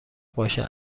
باشد